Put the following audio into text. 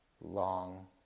long